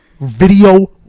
video